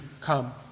come